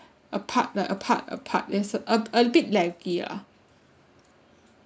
a part a part a part is a bit lagging ah